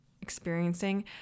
experiencing